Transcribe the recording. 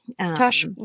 Tosh